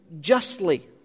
justly